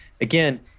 again